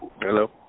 Hello